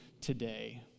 today